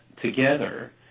together